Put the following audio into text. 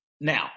Now